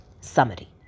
summary